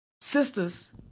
sisters